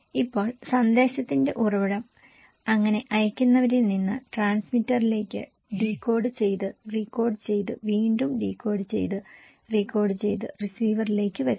ഇപ്പോൾ സന്ദേശത്തിന്റെ ഉറവിടം അങ്ങനെ അയയ്ക്കുന്നവരിൽ നിന്ന് ട്രാൻസ്മിറ്ററിലേക്ക് ഡീകോഡ് ചെയ്ത് റീകോഡ് ചെയ്ത് വീണ്ടും ഡീകോഡ് ചെയ്ത് റീകോഡ് ചെയ്ത് റിസീവറിലേക്ക് വരുന്നു